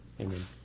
Amen